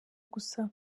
gusa